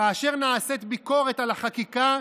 כאשר נעשית ביקורת על החקיקה,